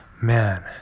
man